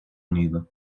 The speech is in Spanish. unido